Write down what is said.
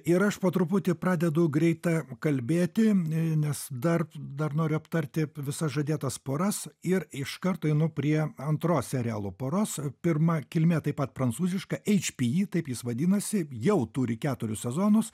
ir aš po truputį pradedu greita kalbėti nes dar dar noriu aptarti visas žadėtas poras ir iš karto einu prie antros serialų poros pirma kilmė taip pat prancūziška eič pi y taip jis vadinasi jau turi keturis sezonus